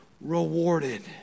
rewarded